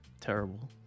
terrible